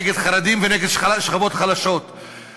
נגד חרדים ונגד שכבות חלשות.